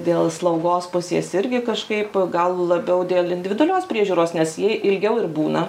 dėl slaugos pusės irgi kažkaip gal labiau dėl individualios priežiūros nes ji ilgiau ir būna